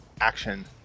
action